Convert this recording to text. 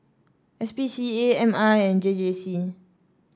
S P C A M I and J J C